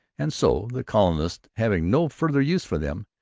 and so the colonists, having no further use for them,